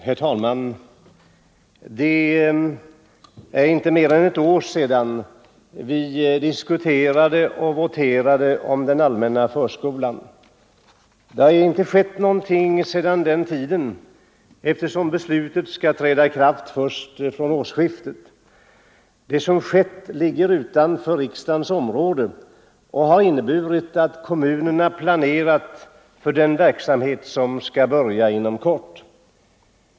Herr talman! Det är inte mer än ett år sedan vi diskuterade och voterade om den allmänna förskolan. Det har inte skett någonting i dag sedan den tiden, eftersom beslutet skall träda i kraft först vid årsskiftet. Det som hänt ligger utanför riksdagens område och har inneburit att kommunerna planerat för den verksamhet som skall börja inom kort.